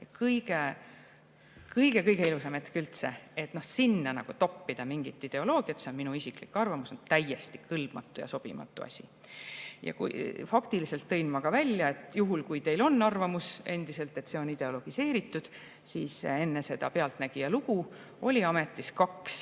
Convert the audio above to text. kõige-kõige ilusam hetk üldse, toppida mingit ideoloogiat – see on minu isiklik arvamus – on täiesti kõlbmatu ja sobimatu asi. Ja faktiliselt tõin ma ka välja, et juhul, kui teil on endiselt arvamus, et see on ideologiseeritud, siis enne seda "Pealtnägija" lugu olid ametis kaks